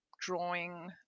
drawing